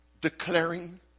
declaring